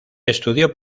estudió